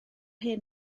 hen